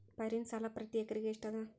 ಪೈರಿನ ಸಾಲಾ ಪ್ರತಿ ಎಕರೆಗೆ ಎಷ್ಟ ಅದ?